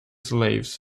slaves